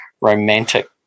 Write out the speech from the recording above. romantic